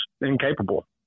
incapable